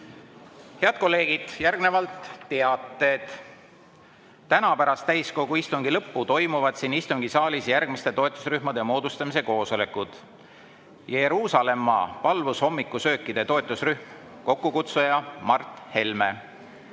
kolleegid, järgnevalt teated. Täna pärast täiskogu istungi lõppu toimuvad siin istungisaalis järgmiste toetusrühmade moodustamise koosolekud: Jeruusalemma palvushommikusöökide toetusrühm, kokkukutsuja Mart Helme;